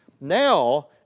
Now